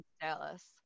Dallas